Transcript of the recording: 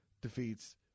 defeats